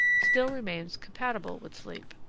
still remains compatible with sleep.